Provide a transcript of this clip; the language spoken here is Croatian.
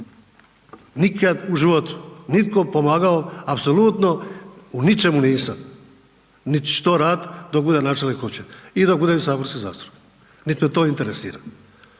nikad u životu nitko pomogao apsolutno u ničemu nisam. Niti ću to raditi dok budem načelnik općine. I dok budem saborski zastupnik niti me to interesira.